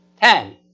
Ten